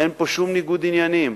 אין פה שום ניגוד עניינים,